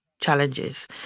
challenges